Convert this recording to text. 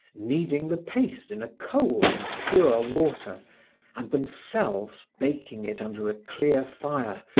kneading the paste in a cold and pure water and themselves baking it under a clear fire,